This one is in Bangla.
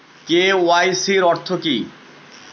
কে.ওয়াই.সি অর্থ কি?